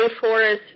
forest